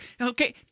Okay